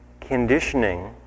Conditioning